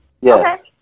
Yes